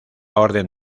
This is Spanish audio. orden